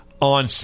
on